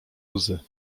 łzy